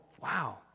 wow